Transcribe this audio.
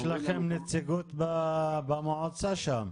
יש לכם נציגות במועצה שם.